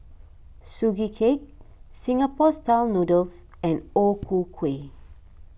Sugee Cake Singapore Style Noodles and O Ku Kueh